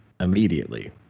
immediately